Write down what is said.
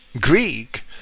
Greek